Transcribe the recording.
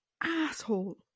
asshole